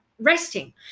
resting